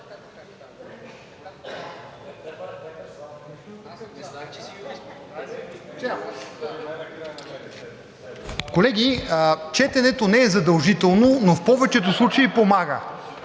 Колеги, четенето не е задължително, но в повечето случаи помага.